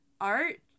Art